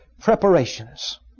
preparations